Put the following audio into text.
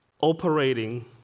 operating